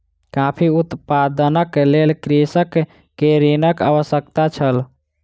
coffee उत्पादनक लेल कृषक के ऋणक आवश्यकता छल